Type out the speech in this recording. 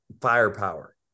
firepower